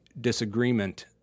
disagreement